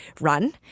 run